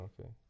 Okay